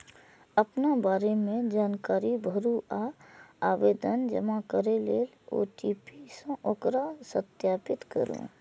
अपना बारे मे जानकारी भरू आ आवेदन जमा करै लेल ओ.टी.पी सं ओकरा सत्यापित करू